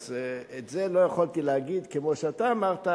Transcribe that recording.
את זה לא יכולתי להגיד כמו שאתה אמרת,